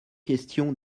question